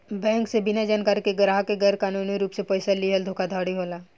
bank से बिना जानकारी के ग्राहक के गैर कानूनी रूप से पइसा लीहल धोखाधड़ी होला